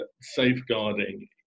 safeguarding